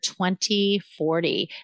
2040